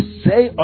say